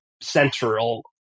central